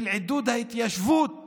על עידוד ההתיישבות היהודית.